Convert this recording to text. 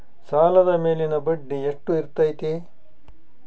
ಸಾಲದ ಮೇಲಿನ ಬಡ್ಡಿ ಎಷ್ಟು ಇರ್ತೈತೆ?